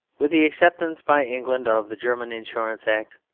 with the acceptance by england of the german insurance act,